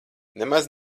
nemaz